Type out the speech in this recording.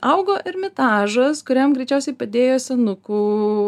augo ermitažas kuriam greičiausiai padėjo senukų